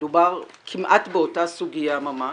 מדובר כמעט באותה סוגיה ממש.